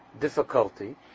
difficulty